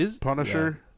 Punisher